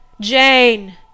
Jane